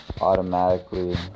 automatically